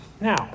Now